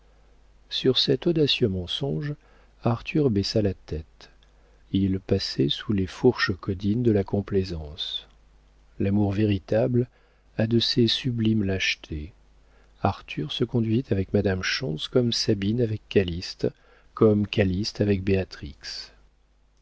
sur cet audacieux mensonge arthur baissa la tête il passait sous les fourches caudines de la complaisance l'amour véritable a de ces sublimes lâchetés arthur se conduisait avec madame schontz comme sabine avec calyste comme calyste avec